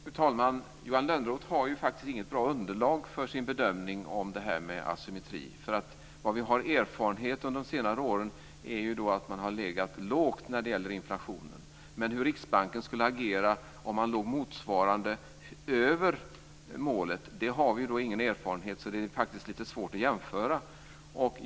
Fru talman! Johan Lönnroth har faktiskt inget bra underlag för sin bedömning vad gäller det här med asymmetri. Vad vi under senare år har erfarenhet av är ju att man har legat lågt när det gäller inflationen. Men hur Riksbanken skulle agera om man låg motsvarande över målet har vi ingen erfarenhet av, så det är faktiskt lite svårt att göra en jämförelse.